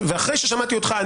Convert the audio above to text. ואחרי ששמעתי אותך,